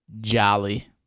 Jolly